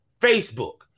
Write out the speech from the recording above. facebook